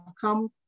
come